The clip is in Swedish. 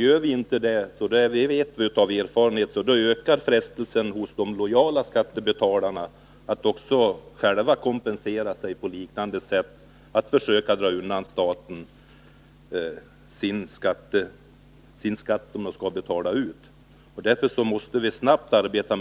Gör vi inte det, ökar frestelsen — det vet vi av erfarenhet — hos de lojala skattebetalarna att kompensera sig på liknande sätt, att försöka undandra staten den skatt som de skall betala. Därför måste vi här arbeta